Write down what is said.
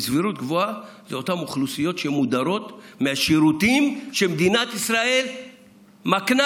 בסבירות גבוהה אלה אותן אוכלוסיות שמודרות מהשירותים שמדינת ישראל מקנה.